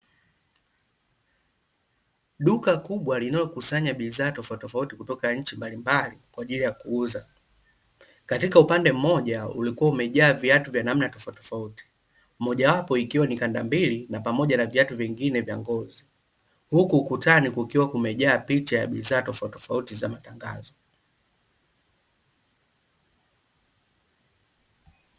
Duka kubwa linalokusanya bidhaa tofauti tofauti kutoka nchi mbalimbali kwa ajili ya kuuza, katika upande mmoja ulikuwa umejaa viatu vya namna tofauti tofauti mojawapo ikiwa ni kanda mbili na pamoja na viatu vingine vya ngozi, huku ukutani kukiwa kumejaa picha ya bidhaa mbalimbali za matangazo.